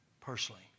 personally